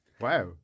Wow